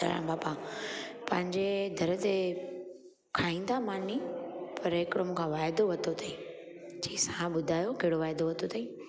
जलाराम बापा पंहिंजे दर ते खाईंदा मानी पर हिकिड़ो मूं खां वाइदो वरितो अथई चयईसि हा ॿुधायो कहिड़ो वाइदो वरितो अथई